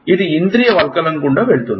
ఇది ఇంద్రియ వల్కలం గుండా వెళుతుంది